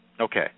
okay